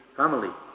family